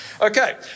Okay